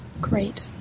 Great